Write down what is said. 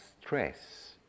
stress